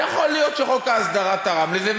ויכול להיות שחוק ההסדרה תרם לזה,